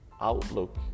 outlook